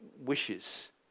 wishes